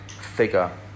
figure